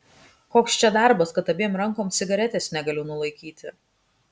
koks čia darbas kad abiem rankom cigaretės negaliu nulaikyti